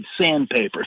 sandpaper